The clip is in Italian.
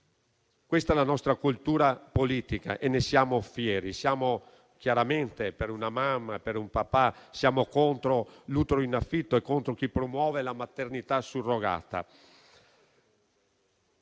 Questa è la nostra cultura politica e ne siamo fieri. Chiaramente siamo perché ci siano una mamma e un papà, siamo contro l'utero in affitto e contro chi promuove la maternità surrogata,